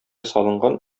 салынган